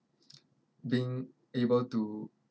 being able to